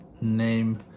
name